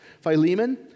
Philemon